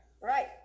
right